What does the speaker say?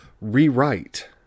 rewrite